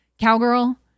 cowgirl